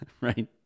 Right